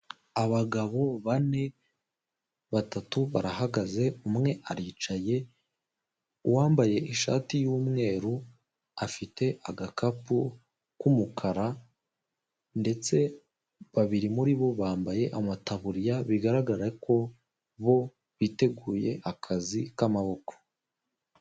Abagabo bane, batatu barahagaze, umwe aricaye, uwambaye ishati y'umweru afite agakapu k'umukara ndetse babiri muri bo bambaye amataburiya bigaragara ko bo biteguye akazi k'amaboko.